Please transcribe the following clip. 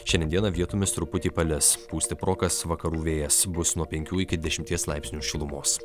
šiandien dieną vietomis truputį palis pūs stiprokas vakarų vėjas bus nuo penkių iki dešimties laipsnių šilumos